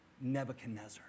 Nebuchadnezzar